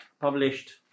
published